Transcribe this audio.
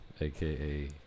AKA